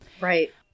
Right